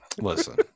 listen